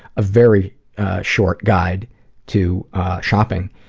very short guide to shopping.